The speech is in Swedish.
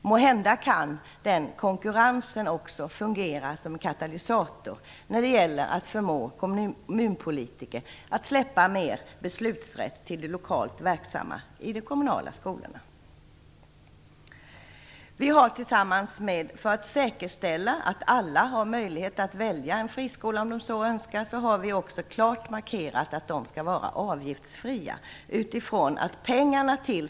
Måhända kan den konkurrensen också fungera som katalysator när det gäller att förmå kommunpolitiker att släppa mer beslutsrätt till de lokalt verksamma i de kommunala skolorna. För att säkerställa att alla har möjlighet att välja en friskola om de så önskar har vi också klart markerat att de skall vara avgiftsfria.